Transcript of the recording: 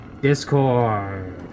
Discord